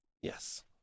yes